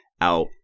out